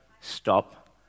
stop